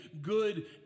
good